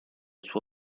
suo